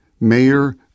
mayor